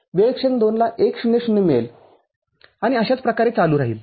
वेळ क्षण २ ला १०० मिळेल आणि अशाच प्रकारे चालू राहील